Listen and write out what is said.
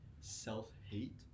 self-hate